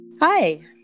Hi